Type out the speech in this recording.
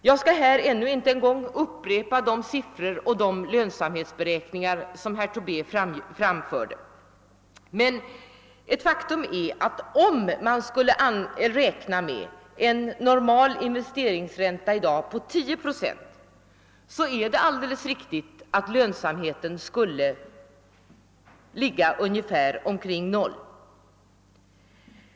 Jag skall inte ännu en gång upprepa de siffror och lönsamhetsberäkningar som herr Tobé framförde. Ett faktum är dock att om man skulle räkna med en normal investeringsränta i dag på tio procent kommer lönsamheten att ligga omkring noll.